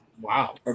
Wow